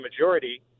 majority